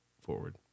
forward